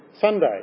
Sunday